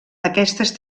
aquestes